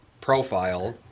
profile